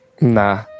Nah